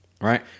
Right